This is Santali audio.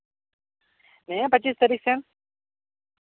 ᱦᱮᱸ ᱯᱚᱸᱪᱤᱥ ᱛᱟᱹᱨᱤᱠᱷ ᱥᱮᱱ